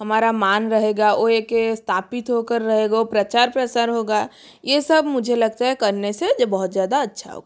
हमारा मान रहेगा वो एक इस्तापित हो कर रहेगा वो प्रचार प्रसार होगा ये सब मुझे लगता है करने से ये बहुत ज़्यादा अच्छा होगा